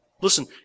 Listen